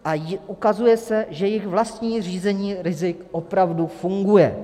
A ukazuje se, že jejich vlastní řízení rizik opravdu funguje.